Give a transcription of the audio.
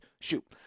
shoot